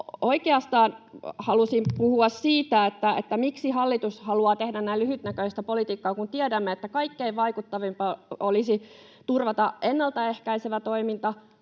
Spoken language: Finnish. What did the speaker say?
oikeastaan halusin puhua siitä, miksi hallitus haluaa tehdä näin lyhytnäköistä politiikkaa, kun tiedämme, että kaikkein vaikuttavinta olisi turvata ennaltaehkäisevä toiminta,